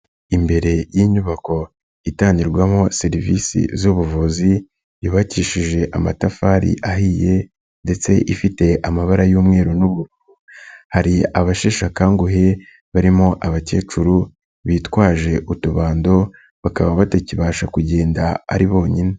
Imbere y'inyubako itangirwamo serivisi z'ubuvuzi yubakishije amatafari ahiye ndetse ifite amabara y'umweru n'ubururu, hari abasheshe akanguhe barimo abakecuru bitwaje utubando bakaba batakibasha kugenda ari bonyine.